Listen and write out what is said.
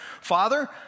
Father